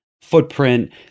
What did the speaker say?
footprint